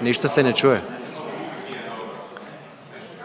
ništa se ne čuje,